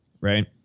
right